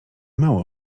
mało